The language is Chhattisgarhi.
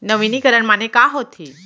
नवीनीकरण माने का होथे?